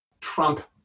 Trump